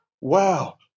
wow